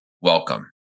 welcome